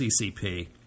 CCP